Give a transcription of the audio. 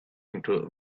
into